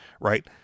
right